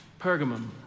Pergamum